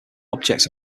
objects